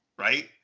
Right